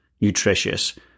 nutritious